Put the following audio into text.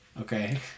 Okay